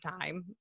time